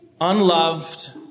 unloved